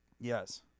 Yes